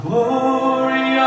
Glory